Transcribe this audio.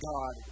God